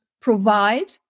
provide